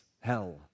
Hell